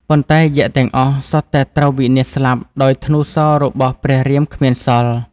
ប៉ុន្តែយក្សទាំងអស់ សុទ្ធតែត្រូវវិនាសស្លាប់ដោយធ្នូរសររបស់ព្រះរាមគ្មានសល់។